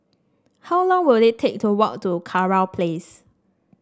how long will it take to walk to Kurau Place